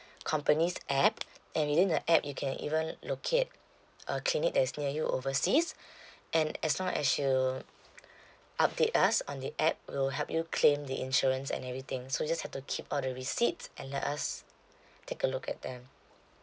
company's app and within the app you can even locate a clinic that is near you overseas and as long as you update us on the app we'll help you claim the insurance and everything so just have to keep all the receipt and let us take a look at them